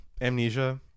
amnesia